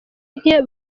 nke